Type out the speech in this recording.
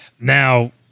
Now